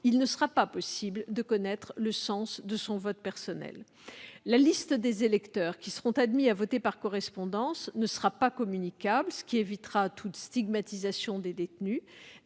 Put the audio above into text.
il ne sera pas possible de connaître le sens de son vote personnel. La liste des électeurs admis à voter par correspondance ne sera pas communicable, ce qui évitera toute stigmatisation des détenus.